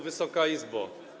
Wysoka Izbo!